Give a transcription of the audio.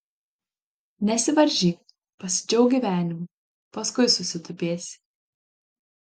nesivaržyk pasidžiauk gyvenimu paskui susitupėsi